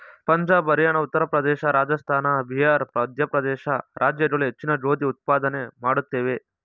ಪಂಜಾಬ್ ಹರಿಯಾಣ ಉತ್ತರ ಪ್ರದೇಶ ರಾಜಸ್ಥಾನ ಬಿಹಾರ್ ಮಧ್ಯಪ್ರದೇಶ ರಾಜ್ಯಗಳು ಹೆಚ್ಚಿನ ಗೋಧಿ ಉತ್ಪಾದನೆ ಮಾಡುತ್ವೆ